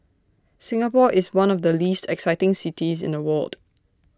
Singapore is one of the least exciting cities in the world